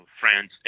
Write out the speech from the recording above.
France